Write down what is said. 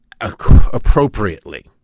appropriately